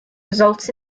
results